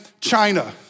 china